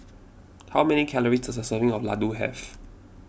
how many calories does a serving of Ladoo have